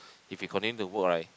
if he continue to work right